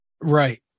Right